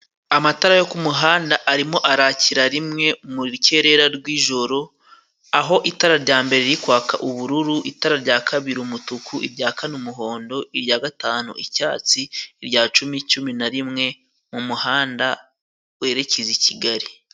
Amatara yo kumuhanda arimo arakira rimwe, mu rukerera rw'joro, aho itara rya mbere rikwaka ubururu, itara rya kabiri umutuku, irya kane umuhondo, irya gatanu icyatsi, irya cumi cumi na rimwe, mumuhanda werekeza i Kigali.